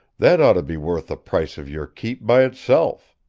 that ought to be worth the price of your keep, by itself.